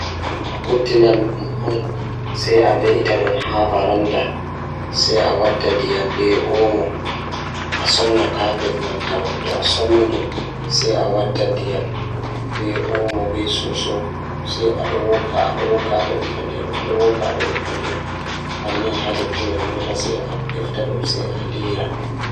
Jokkondir cuuraande water, sabu detergent, e vinegar walla baking soda. Njidi sabu walla vinegar nder ndiyam e fittaade sabu walla baking soda nder carpet ngal. Hokkondir ƴettude ngal e kuutorgol e siki e njidi. Jokkondir carpet ngal sabu kadi ndiyam so tawii sabu waawataa njiddaade walla dawwitde.